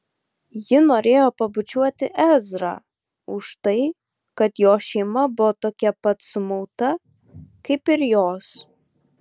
ji norėjo pabučiuoti ezrą už tai kad jo šeima buvo tokia pat sumauta kaip ir jos